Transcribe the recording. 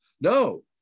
No